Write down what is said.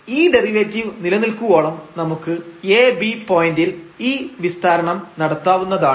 ഈ ഡെറിവേറ്റീവ് നിലനിൽക്കുവോളം നമുക്ക് ab പോയന്റിൽ ഈ വിസ്താരണം നടത്താവുന്നതാണ്